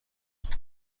تونه